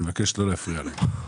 אני מבקש לא להפריע להם.